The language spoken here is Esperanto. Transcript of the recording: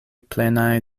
plenaj